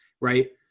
Right